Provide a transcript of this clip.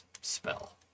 spell